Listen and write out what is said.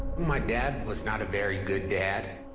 my dad was not a very good dad,